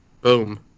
Boom